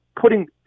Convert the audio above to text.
putting